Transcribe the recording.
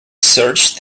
search